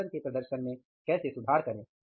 संगठन के प्रदर्शन में कैसे सुधार करें